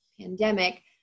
pandemic